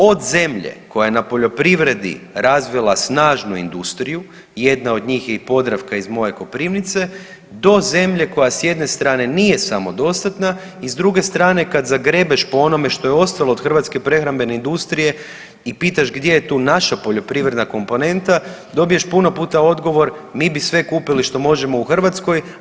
Od zemlje koja je na poljoprivredi razvila snažnu industriju, jedna od njih je i Podravka iz moje Koprivnice, do zemlje koja s jedne strane nije samodostatna i s druge strane kad zagrebeš po onome što je ostalo od hrvatske prehrambene industrije i pitaš gdje je tu naša poljoprivredna komponenta dobiješ puno puta odgovor mi bi sve kupili što možemo u Hrvatskoj.